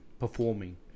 Performing